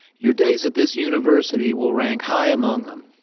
your days at this university will rank high among them.